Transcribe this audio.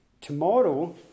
Tomorrow